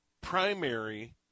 primary